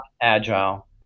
agile